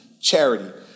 charity